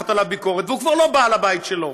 נמתחת עליו ביקורת, והוא כבר לא בעל הבית שלו.